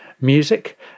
music